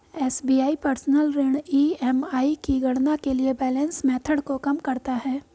SBI personal ऋण EMI की गणना के लिए बैलेंस मेथड को कम करता है